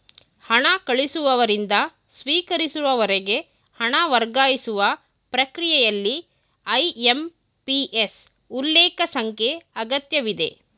ಹಣ ಕಳಿಸುವವರಿಂದ ಸ್ವೀಕರಿಸುವವರಿಗೆ ಹಣ ವರ್ಗಾಯಿಸುವ ಪ್ರಕ್ರಿಯೆಯಲ್ಲಿ ಐ.ಎಂ.ಪಿ.ಎಸ್ ಉಲ್ಲೇಖ ಸಂಖ್ಯೆ ಅಗತ್ಯವಿದೆ